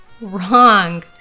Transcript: Wrong